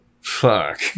Fuck